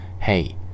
Hey